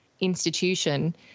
institution